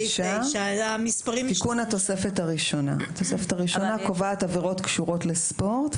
סעיף 9. התוספת הראשונה קובעת עבירות קשורות לספורט,